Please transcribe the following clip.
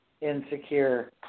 insecure